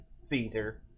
Caesar